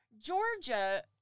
Georgia